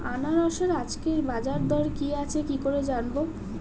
আনারসের আজকের বাজার দর কি আছে কি করে জানবো?